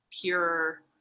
pure